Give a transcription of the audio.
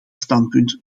standpunt